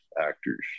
actors